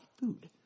food